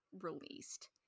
released